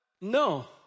No